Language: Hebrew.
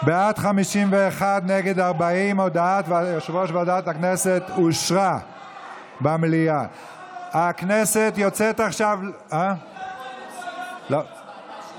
הצעת ועדת הכנסת להעביר את הצעת חוק סמכויות לאיסוף